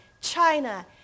China